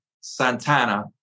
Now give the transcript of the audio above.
Santana